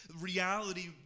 reality